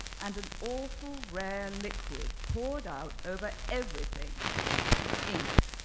and an awful, rare liquid poured out over everything ink.